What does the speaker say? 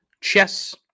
chess